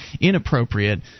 inappropriate